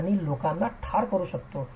आणि लोकांना ठार करु शकतो